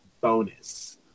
bonus